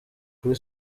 kuri